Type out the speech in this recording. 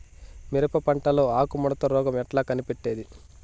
మిరప పంటలో ఆకు ముడత రోగం ఎట్లా కనిపెట్టేది?